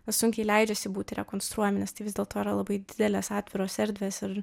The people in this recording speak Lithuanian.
sunkiai leidžiasi būti rekonstruojami nes tai vis dėlto yra labai didelės atviros erdvės ir